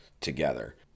together